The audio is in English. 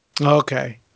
okay